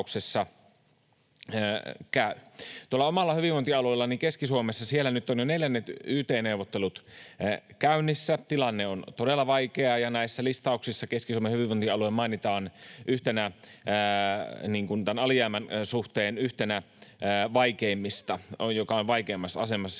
Omalla hyvinvointialueellani Keski-Suomessa on nyt jo neljännet yt-neuvottelut käynnissä. Tilanne on todella vaikea, ja näissä listauksissa Keski-Suomen hyvinvointialue mainitaan tämän alijäämän suhteen yhtenä, joka on vaikeimmassa asemassa.